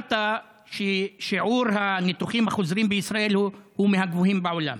הזכרת ששיעור הניתוחים החוזרים בישראל הוא מהגבוהים בעולם.